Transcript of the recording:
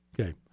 Okay